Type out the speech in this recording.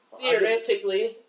Theoretically